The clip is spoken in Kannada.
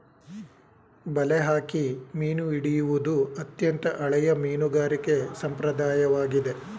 ಬಲೆ ಹಾಕಿ ಮೀನು ಹಿಡಿಯುವುದು ಅತ್ಯಂತ ಹಳೆಯ ಮೀನುಗಾರಿಕೆ ಸಂಪ್ರದಾಯವಾಗಿದೆ